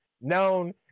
known